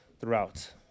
throughout